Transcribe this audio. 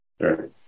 Sure